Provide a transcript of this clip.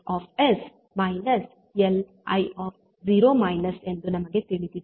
V sLI Li ಎಂದು ನಮಗೆ ತಿಳಿದಿದೆ